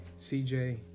CJ